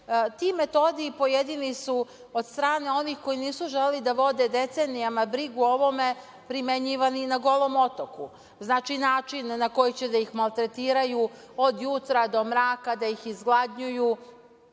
ti metodi i pojedini su od strane onih koji nisu želeli da vode decenijama brigu o ovome primenjivani i na Golom otoku. Znači, način na koji će da ih maltretiraju od jutra do mraka, da ih izgladnjuju,